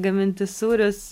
gaminti sūrius